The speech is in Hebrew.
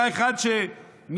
היה אחד מימינה,